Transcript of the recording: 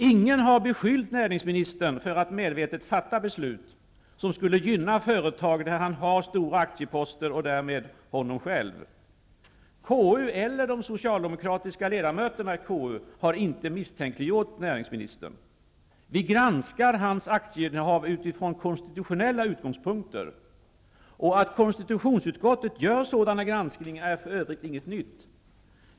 Ingen har beskyllt näringsministern för att medvetet fatta beslut som skulle gynna företag där han har stora aktieposter och därmed honom själv. har inte misstänkliggjort näringsministern. Vi granskar hans aktieinnehav utifrån konstitutionella utgångspunkter. Att KU gör sådana granskningar är för övrigt inget nytt.